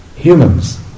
Humans